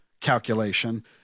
calculation